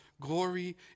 glory